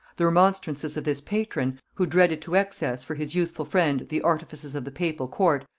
the remonstrances of this patron, who dreaded to excess for his youthful friend the artifices of the papal court,